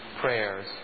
prayers